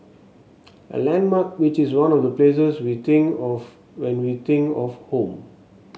a landmark which is one of the places we think of when we think of home